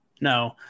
No